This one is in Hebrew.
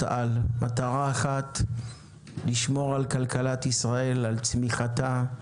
מטרה אחת, לשמור על כלכלת ישראל, על צמיחתה,